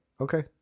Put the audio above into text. okay